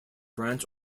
branch